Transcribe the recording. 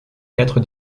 quatre